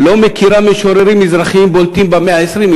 לא מכירה משוררים מזרחיים בולטים במאה ה-20,